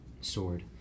sword